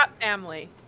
family